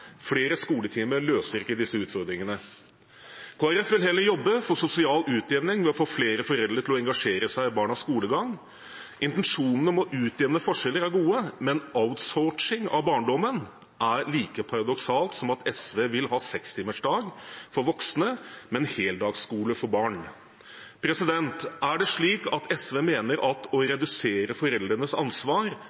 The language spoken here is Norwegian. Flere skoletimer løser ikke disse utfordringene. Kristelig Folkeparti vil heller jobbe for sosial utjevning ved å få flere foreldre til å engasjere seg i barnas skolegang. Intensjonene om å utjevne forskjeller er gode, men outsourcing av barndommen er like paradoksalt som at SV vil ha sekstimersdag for voksne, men heldagsskole for barn. Er det slik at SV mener at å redusere foreldrenes ansvar